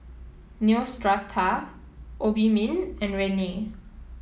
Neostrata Obimin and Rene